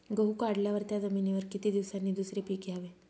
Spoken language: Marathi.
गहू काढल्यावर त्या जमिनीवर किती दिवसांनी दुसरे पीक घ्यावे?